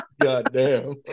Goddamn